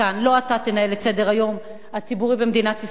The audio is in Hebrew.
לא אתה תנהל את סדר-היום הציבורי במדינת ישראל,